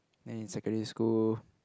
then in secondary school